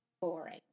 boring